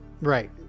Right